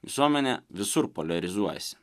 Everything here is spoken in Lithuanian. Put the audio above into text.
visuomenė visur poliarizuojasi